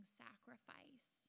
sacrifice